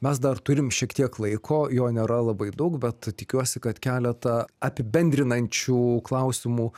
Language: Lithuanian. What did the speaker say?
mes dar turim šiek tiek laiko jo nėra labai daug bet tikiuosi kad keletą apibendrinančių klausimų